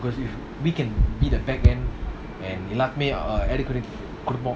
cause if we can be the back end and எல்லோருக்குமே:ellorukume